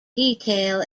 detail